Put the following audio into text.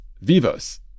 vivos